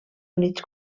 units